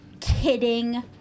kidding